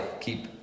keep